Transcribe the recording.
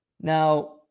Now